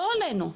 לא עלינו,